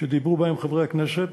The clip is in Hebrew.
שדיברו בהן חברי הכנסת.